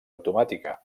automàtica